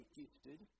gifted